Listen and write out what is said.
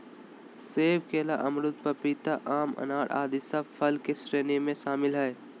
सेब, केला, अमरूद, पपीता, आम, अनार आदि सब फल के श्रेणी में शामिल हय